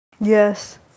Yes